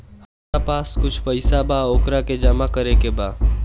हमरा पास कुछ पईसा बा वोकरा के जमा करे के बा?